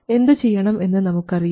എന്തു ചെയ്യണം എന്ന് നമുക്കറിയാം